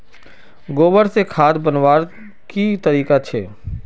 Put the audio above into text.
गोबर से खाद बनवार की तरीका छे?